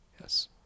Yes